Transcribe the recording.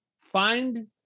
find